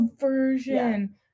version